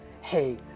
Hey